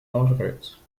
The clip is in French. dangereuse